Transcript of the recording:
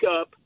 up